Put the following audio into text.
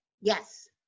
Yes